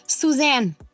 Suzanne